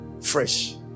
fresh